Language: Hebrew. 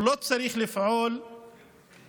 הוא לא צריך לפעול לבטל